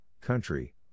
country